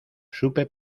supe